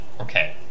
okay